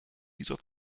dieser